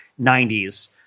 90s